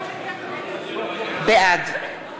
בעד